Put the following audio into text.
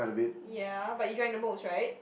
ya but you drank the most right